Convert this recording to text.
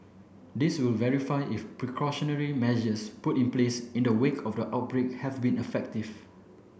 this will verify if precautionary measures put in place in the wake of the outbreak have been effective